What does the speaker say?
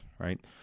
Right